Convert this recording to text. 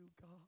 God